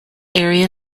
area